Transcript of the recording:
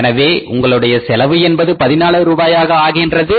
எனவே உங்களுடைய செலவு என்பது 14 ரூபாயாக ஆகின்றது